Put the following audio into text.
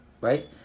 right